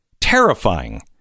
Terrifying